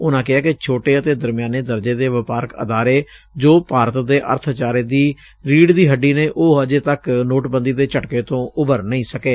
ਉਨੂਾਂ ਕਿਹੈ ਕਿ ਛੋਟੇ ਅਤੇ ਦਰਮਿਆਨੇ ਦਰਜੇ ਦੇ ਵਪਾਰਕ ਅਦਾਰੇ ਜੋ ਭਾਰਤ ਦੇ ਅਰਥਚਾਰੇ ਦੀ ਰੀਤ ਦੀ ਹੱਡੀ ਨੇ ੱਉਹ ਅਜੇ ਤੱਕ ਨੋਟਬੰਦੀ ਦੇ ਝਟਕੇ ਤੋਂ ਉਭਰ ਨਹੀਂ ਸਕੇ